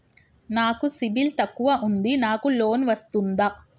నాకు సిబిల్ తక్కువ ఉంది నాకు లోన్ వస్తుందా?